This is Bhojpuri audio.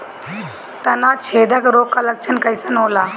तना छेदक रोग का लक्षण कइसन होला?